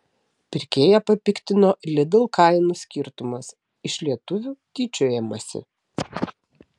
pirkėją papiktino lidl kainų skirtumas iš lietuvių tyčiojamasi